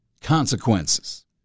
Consequences